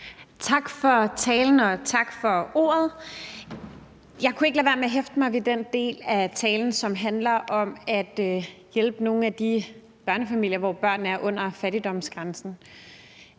Tak for ordet. Og tak for talen. Jeg kunne ikke lade være med at hæfte mig ved den del af talen, som handler om at hjælpe nogle af de børnefamilier, hvor børnene lever under fattigdomsgrænsen.